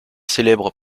célèbre